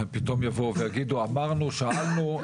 פתאום יבואו ויגידו אמרנו, שאלנו.